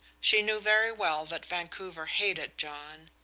she knew very well that vancouver hated john,